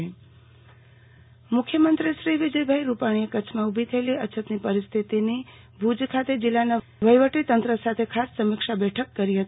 આરતી ભદ્દ અછત સમીક્ષા મુખ્ય મંત્રીશ્રી વિજયભાઈ રૂપાણીએ કચ્છ માં ઊભી થયેલી અછતની પરિસ્થિ તિની આજે ભુજ ખાતે જિલ્લાતના વહીવટીતંત્ર સાથે ખાસ સમીક્ષા બેઠક કરી હતી